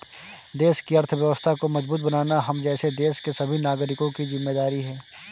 देश की अर्थव्यवस्था को मजबूत बनाना हम जैसे देश के सभी नागरिकों की जिम्मेदारी है